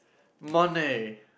money